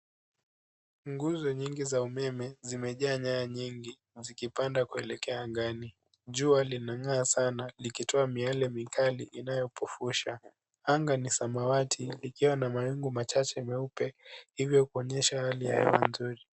Nguzo nyingi za umeme zimejaa nyaya nyingi zikipaa kuelekea angani. Jua linang'aa sana likitoa miale mikale inayopofusha. Anga ni samawati likiwa na mawingu machache meupe, hivyo kuonyesha hali ya hewa nzuri.